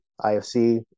IFC